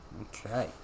Okay